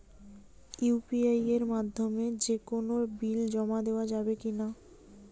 UPI এর মাধ্যমে যে কোনো বিল জমা দেওয়া যাবে কি না?